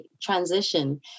transition